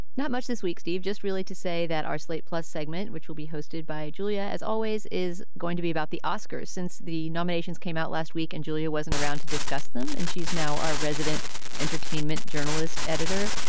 not much this week, steve. just really to say that our slate plus segment, which will be hosted by julia, as always, is going to be about the oscars since the nominations came out last week and julia wasn't around to discuss them. and she's now our resident entertainment journalist editor.